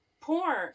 porn